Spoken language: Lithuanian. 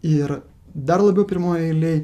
ir dar labiau pirmoj eilėj